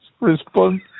Respond